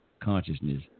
consciousness